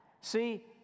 See